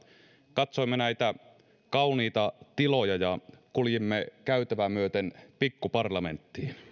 katsoimme näitä kauniita tiloja ja kuljimme käytävää myöten pikkuparlamenttiin